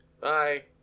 Bye